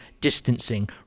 distancing